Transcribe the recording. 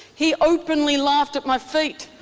he openly laughed at my feet